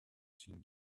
team